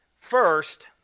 First